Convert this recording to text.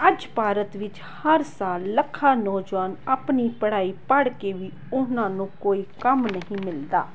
ਅੱਜ ਭਾਰਤ ਵਿੱਚ ਹਰ ਸਾਲ ਲੱਖਾਂ ਨੌਜਵਾਨ ਆਪਣੀ ਪੜ੍ਹਾਈ ਪੜ੍ਹ ਕੇ ਵੀ ਉਹਨਾਂ ਨੂੰ ਕੋਈ ਕੰਮ ਨਹੀਂ ਮਿਲਦਾ